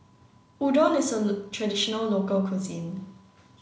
Udon is a traditional local cuisine